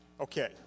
Okay